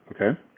okay